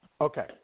Okay